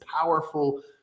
powerful